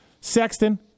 Sexton